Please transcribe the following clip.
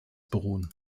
beruhen